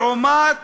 לעומת